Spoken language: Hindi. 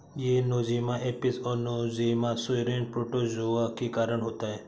यह नोज़ेमा एपिस और नोज़ेमा सेरेने प्रोटोज़ोआ के कारण होता है